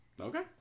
Okay